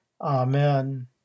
Amen